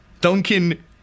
Duncan